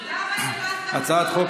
הצעת חוק